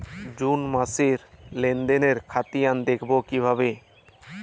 June মাসের লেনদেনের খতিয়ান দেখবো কিভাবে?